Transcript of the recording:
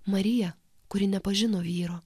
marija kuri nepažino vyro